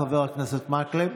חבר הכנסת מקלב,